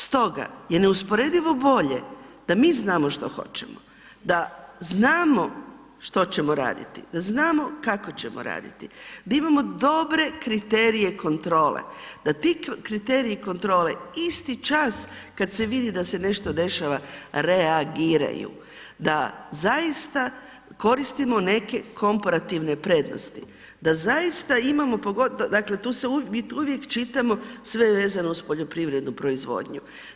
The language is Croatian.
Stoga je neusporedivo bolje da mi znamo što hoćemo, da znamo što ćemo raditi, da znamo kako ćemo raditi, da imamo dobre kriterije kontrole, da ti kriteriji kontrole isti čas kad se vidi da se nešto dešava reagiraju, da zaista koristimo neke komparativne prednosti, da zaista imamo, dakle mi tu uvijek čitamo sve vezano uz poljoprivrednu proizvodnju.